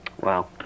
Wow